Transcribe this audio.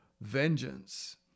vengeance